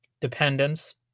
dependence